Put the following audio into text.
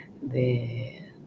de